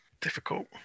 Difficult